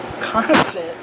constant